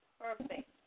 perfect